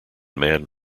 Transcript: man